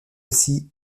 aussi